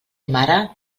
mare